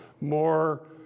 more